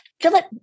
Philip